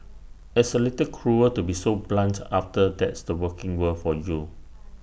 it's A little cruel to be so blunt after that's the working world for you